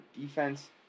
defense